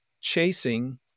chasing